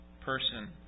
person